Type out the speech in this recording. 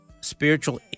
spiritual